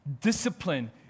discipline